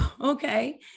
Okay